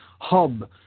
hub